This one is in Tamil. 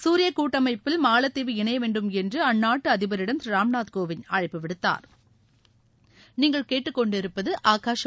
சூரிய கூட்டமைப்பில் மாலத்தீவு இணைய வேண்டும் என்று அந்நாட்டு அதிபரிடம் திரு ராம்நாத் கோவிந்த் அழைப்பு விடுத்தாா்